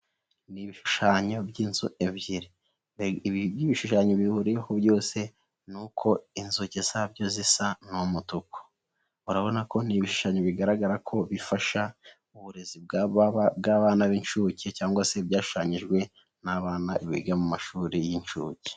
Ni ibishushanyo by'inzu ebyiri, ibishushanyo bihuriweho byose ni uko inzugi zabyo zisa n'umutuku urabona ko ibishushanyo bigaragara ko bifasha uburezi bw'abana b'incuke cyangwa se byashushanyijwe n'abana biga mu mashuri y'inshuke.